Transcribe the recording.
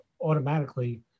automatically